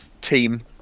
team